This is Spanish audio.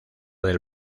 del